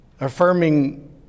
affirming